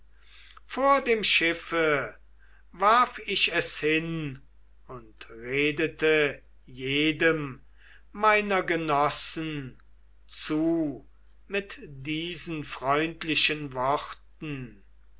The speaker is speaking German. vor dem schiffe warf ich es hin und redete jedem meiner genossen zu mit diesen freundlichen worten